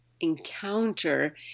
encounter